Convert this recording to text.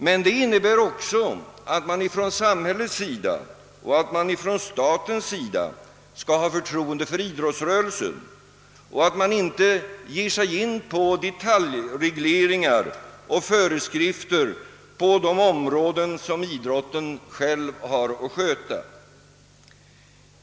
Men det innebär också att samhället och staten måste ha förtroende för idrottsrörelsen och inte får ge sig in på detaljregleringar och föreskrifter inom de områden som idrotten själv har att sköta.